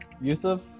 yusuf